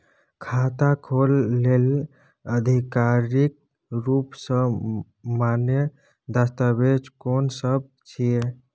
खाता खोले लेल आधिकारिक रूप स मान्य दस्तावेज कोन सब छिए?